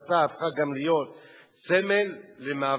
חוצפתה הפכה גם להיות סמל למאבק